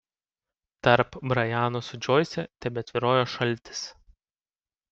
tarp brajano su džoise tebetvyrojo šaltis